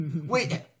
Wait